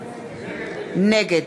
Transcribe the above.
נגד